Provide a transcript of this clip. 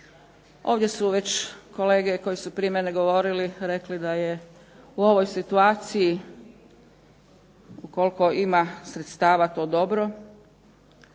Ovdje su već kolege koji su prije mene govorili rekli da je u ovoj situaciji ukoliko ima sredstava to dobro.